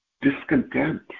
discontent